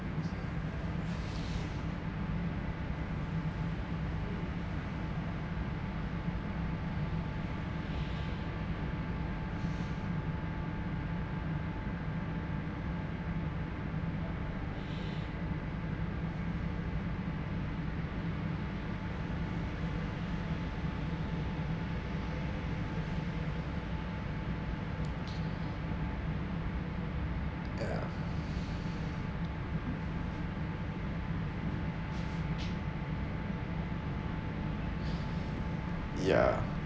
ya ya